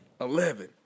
Eleven